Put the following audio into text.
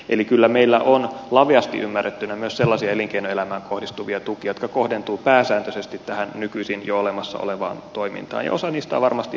eli kyllä meillä on laveasti ymmärrettynä myös sellaisia elinkeinoelämään kohdistuvia tukia jotka kohdentuvat pääsääntöisesti nykyisin jo olemassa olevaan toimintaan ja osa niistä on varmasti ihan perusteltuja